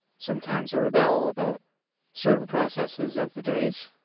sometimes i rebel about certain processes of the days,